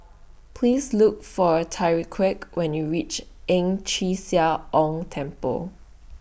Please Look For Tyrique when YOU REACH Ang Chee Sia Ong Temple